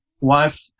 wife